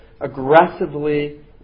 aggressively